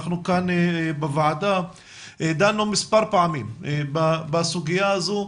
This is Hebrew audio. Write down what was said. אנחנו כאן בוועדה דנו מספר פעמים בסוגיה הזו,